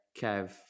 Kev